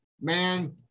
man